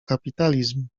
kapitalizm